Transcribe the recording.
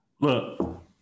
Look